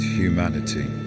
humanity